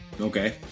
Okay